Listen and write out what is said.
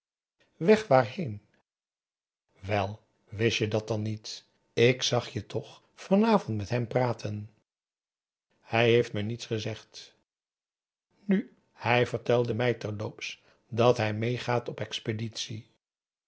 weg waarheen wel wist je dat dan niet ik zag je toch van avond met hem praten hij heeft me niets gezegd nu hij vertelde mij terloops dat hij meê gaat op expeditie